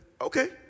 okay